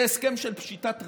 זה הסכם של פשיטת רגל.